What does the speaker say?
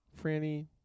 Franny